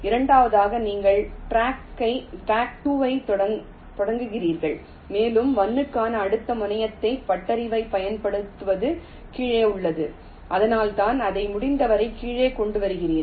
இரண்டாவதாக நீங்கள் ட்ராக் 2 ஐத் தொடங்குகிறீர்கள் மேலும் 1 க்கான அடுத்த முனையத்தை பட்டறிவைப் பயன்படுத்துவது கீழே உள்ளது அதனால்தான் அதை முடிந்தவரை கீழே கொண்டு வருகிறீர்கள்